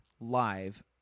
live